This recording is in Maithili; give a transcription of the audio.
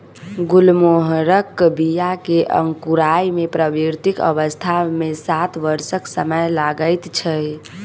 गुलमोहरक बीया के अंकुराय मे प्राकृतिक अवस्था मे सात वर्षक समय लगैत छै